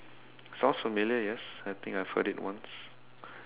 sounds familiar yes I think I've heard it once